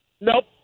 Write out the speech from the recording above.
Nope